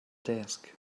desk